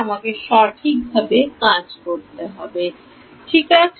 আমাকে সঠিকভাবে কাজ করতে হবে ঠিক আছে